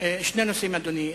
שני נושאים, אדוני.